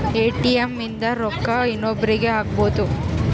ATM ಇಂದ ರೊಕ್ಕ ಇನ್ನೊಬ್ರೀಗೆ ಹಕ್ಬೊದು